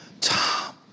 Tom